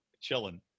Chilling